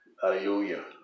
Hallelujah